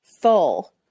full